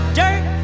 dirt